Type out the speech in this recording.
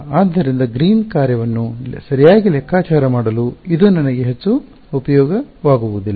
ಆದ್ದರಿಂದ ಗ್ರೀನ್ ಕಾರ್ಯವನ್ನು ಸರಿಯಾಗಿ ಲೆಕ್ಕಾಚಾರ ಮಾಡಲು ಇದು ನನಗೆ ಹೆಚ್ಚು ಉಪಯೋಗವಾಗುವುದಿಲ್ಲ